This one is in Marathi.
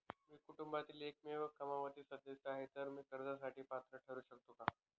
मी कुटुंबातील एकमेव कमावती सदस्य आहे, तर मी कर्जासाठी पात्र ठरु शकतो का?